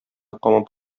камап